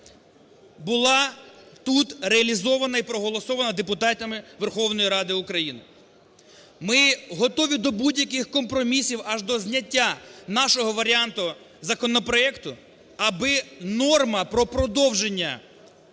була тут реалізована і проголосована депутатами Верховної Ради України. Ми готові до будь-яких компромісів аж до зняття нашого варіанту законопроекту аби норма про продовження